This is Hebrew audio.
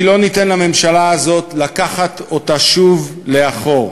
כי לא ניתן לממשלה הזאת לקחת אותה שוב לאחור.